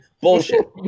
Bullshit